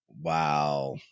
Wow